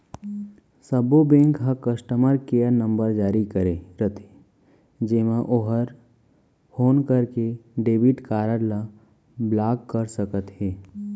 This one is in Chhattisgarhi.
सब्बो बेंक ह कस्टमर केयर नंबर जारी करे रथे जेमा ओहर फोन करके डेबिट कारड ल ब्लाक कर सकत हे